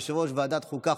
יושב-ראש ועדת החוקה,